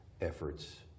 efforts